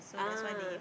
ah